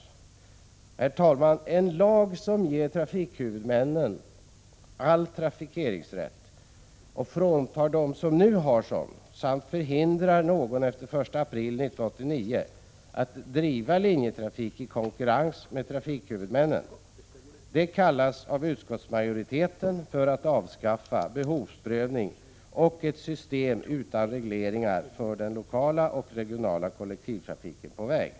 Men, herr talman, att införa en lag som ger trafikhuvudmännen all trafikeringsrätt och fråntar dem rätten som nu har sådan samt förhindrar att någon efter den 1 juli 1989 kan driva linjetrafik i konkurrens med trafikhuvudmännen, det kallas av utskottsmajoriteten för att avskaffa behovsprövning och att införa ett system utan regleringar för den lokala och regionala kollektivtrafiken på väg.